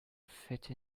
fit